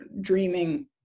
dreaming